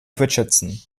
richardson